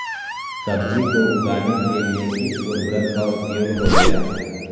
सब्जी को उगाने के लिए किस उर्वरक का उपयोग होबेला?